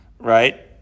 Right